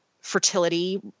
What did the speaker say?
fertility